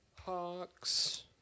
hawks